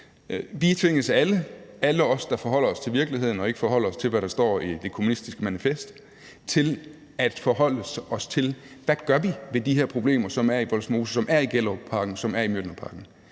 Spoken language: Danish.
Vi tvinges alle, altså alle os, der forholder sig til virkeligheden, og ikke forholder sig til, hvad der står i »Det Kommunistiske Manifest«, til at forholde os til, hvad vi gør med de her problemer, som der er i Vollsmose, som der er i Gellerupparken, og som der er i Mjølnerparken.